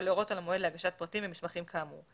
ולהורות על המועד להגשת פרטים ומסמכים כאמור.